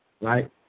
right